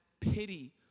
pity